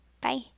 Bye